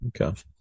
Okay